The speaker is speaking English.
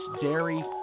dairy